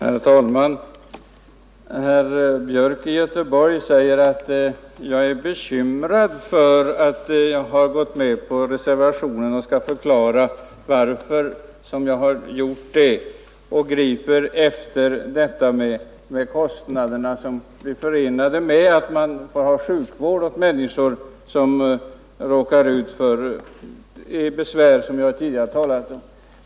Herr talman! Herr Björk i Göteborg sade att jag är bekymrad därför att jag har gått med på reservationen och skall förklara varför jag har gjort det och att jag därför griper efter detta med kostnaderna för sjukvård åt människor som råkar ut för de besvär jag tidigare talat om.